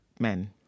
men